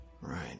Right